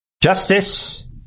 justice